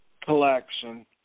collection